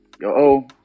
yo